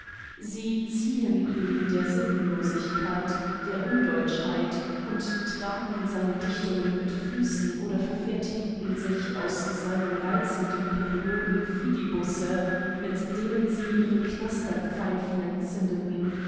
sie ziehen ihn der sittenlosigkeit der undeutschheit und traten seine dichtungen mit füßen oder verfertigten sich aus seinen reizenden perioden fidibusse mit denen sie ihre knasterpfeifen entzündeten